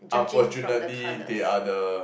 unfortunately they are the